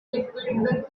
liquid